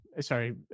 Sorry